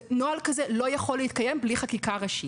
נוהל כזה לא יכול להתקיים בלי חקיקה ראשית.